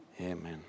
Amen